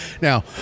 Now